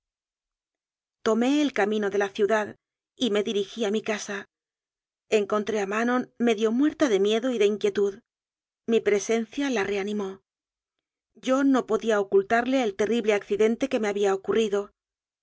tomé el camino de la ciudad y me dirigí a mi casa encontré a manon medio muerta de miedo y de inquietud mi presencia la reanimó yo no podía ocultarle el terrible accidente que me ha bía ocurrido